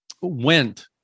went